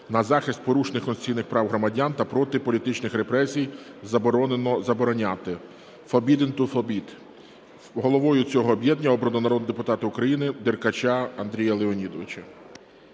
"На захист порушених конституційних прав громадян та проти політичних репресій "Заборонено забороняти (Forbidden to forbid)". Головою цього об'єднання обрано народного депутата України Деркача Андрія Леонідовича